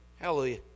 Hallelujah